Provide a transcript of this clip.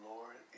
Lord